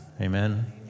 Amen